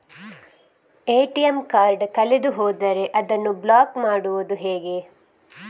ATM card ಕಳೆದು ಹೋದರೆ ಅದನ್ನು ಬ್ಲಾಕ್ ಮಾಡುವುದು ಹೇಗೆ?